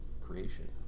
creation